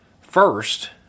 First